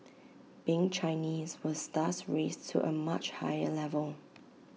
being Chinese was thus raised to A much higher level